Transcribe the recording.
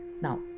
Now